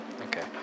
Okay